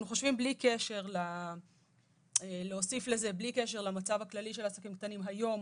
בלי קשר למצב הכללי של עסקים קטנים היום,